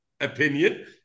opinion